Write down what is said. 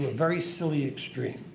but very silly extreme.